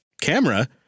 camera